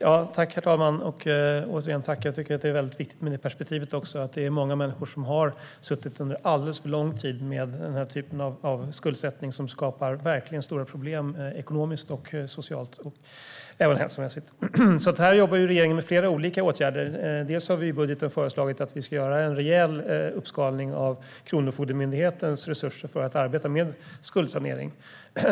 Herr talman! Jag tycker att det är viktigt med perspektivet att många människor har suttit under alldeles för lång tid med den här typen av skuldsättning som skapar verkligt stora problem ekonomiskt, socialt och hälsomässigt. Regeringen jobbar med flera olika åtgärder. Dels har vi i budgeten föreslagit att vi ska göra en rejäl uppskalning av Kronofogdemyndighetens resurser för att arbeta med skuldsanering.